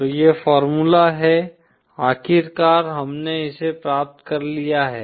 तो यह फार्मूला है आखिरकार हमने इसे प्राप्त कर लिया है